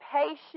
patient